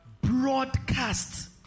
Broadcast